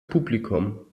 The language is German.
publikum